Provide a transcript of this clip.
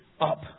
up